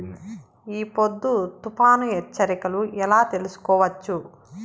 ఈ పొద్దు తుఫాను హెచ్చరికలు ఎలా తెలుసుకోవచ్చు?